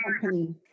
company